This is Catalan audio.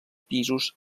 pisos